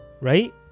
right